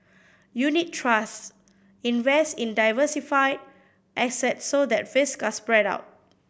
unit trusts invest in diversified assets so that risks are spread out